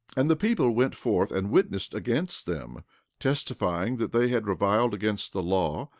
and the people went forth and witnessed against them testifying that they had reviled against the law,